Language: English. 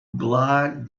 blog